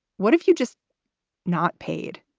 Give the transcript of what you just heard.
what if you just not paid?